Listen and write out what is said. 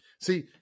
See